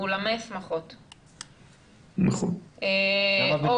אף אחד מאיתנו לא הזמין את הקורונה ואף